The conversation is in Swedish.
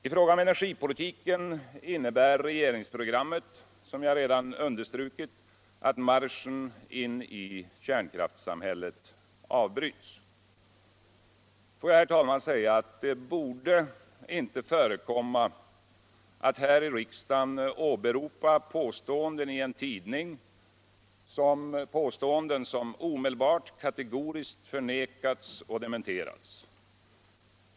| I fråga om energipolitiken innebär regeringsprogrammet, som jag redan understrukit. att marschen in i kärnkraftssamhället avbryts. Fäår jag, herr talman. säga att det inte borde förekomma att det här i riksdagen åberopas påståenden i en tudning, vilka omedelbart kategoriskt förnekats och dementerats.